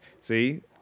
see